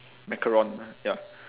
macaron yup